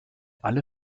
alle